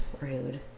Rude